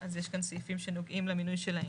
אז יש כאן סעיפים שנוגעים למינוי שלהם.